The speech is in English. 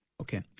Okay